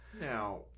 Now